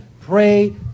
pray